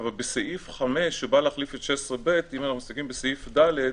אבל בסעיף 5, שבא להחליף את תקנה 16ב, בסעיף (ד)